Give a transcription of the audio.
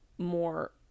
More